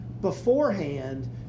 beforehand